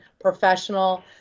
professional